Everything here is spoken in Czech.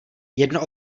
jedno